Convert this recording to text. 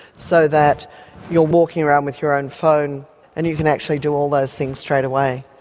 so that you're walking around with your own phone and you can actually do all those things straight away.